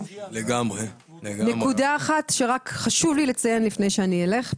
נקודה אחת שרק חשוב לי לציין לפני שאני אלך,